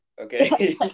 okay